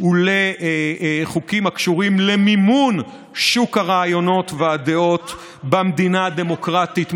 ולחוקים הקשורים למימון שוק הרעיונות והדעות במדינה הדמוקרטית,